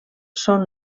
són